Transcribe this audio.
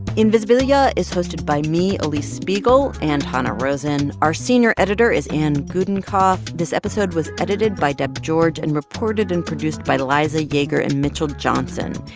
invisibilia is hosted by me, alix spiegel, and hanna rosin. our senior editor is anne gudenkauf. this episode was edited by deb george and reported and produced by the liza yeager and mitchell johnson.